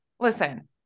Listen